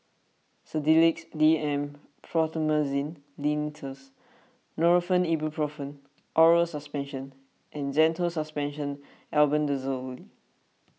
Sedilix D M Promethazine Linctus Nurofen Ibuprofen Oral Suspension and Zental Suspension Albendazolely